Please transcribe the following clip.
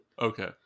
Okay